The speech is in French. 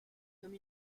comme